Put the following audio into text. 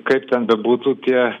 kaip ten bebūtų tie